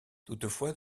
toutefois